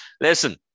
Listen